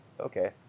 Okay